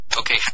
Okay